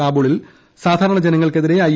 കാബൂളിൽ സാധാരണ ജനങ്ങൾക്കെതിരെ ഐ